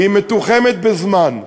היא מתוחמת בזמן.